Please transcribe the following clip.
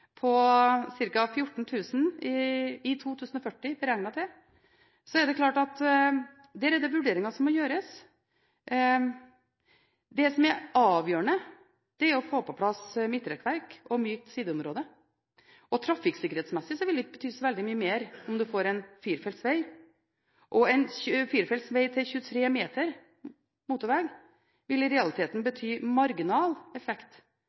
i 2040, er det klart at der er det vurderinger som må gjøres. Det som er avgjørende, er å få på plass midtrekkverk og mykt sideområde. Trafikksikkerhetsmessig vil det ikke bety så veldig mye mer om du får en firefelts veg. En firefelts veg med 23 meter bredde ville i realiteten ha marginal effekt,